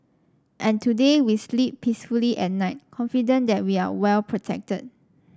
and today we sleep peacefully at night confident that we are well protected